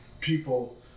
people